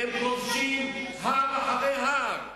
הם כובשים הר אחרי הר.